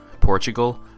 Portugal